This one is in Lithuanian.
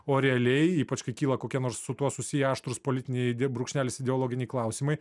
o realiai ypač kai kyla kokie nors su tuo susiję aštrūs politiniai brūkšnelis ideologiniai klausimai